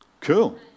cool